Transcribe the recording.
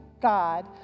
God